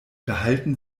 behalten